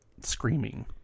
screaming